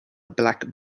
black